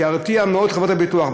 שירתיע מאוד את חברות הביטוח.